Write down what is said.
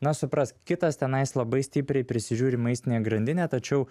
na suprask kitas tenais labai stipriai prisižiūri maistinę grandinę tačiau